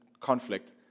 conflict